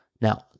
Now